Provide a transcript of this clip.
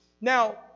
Now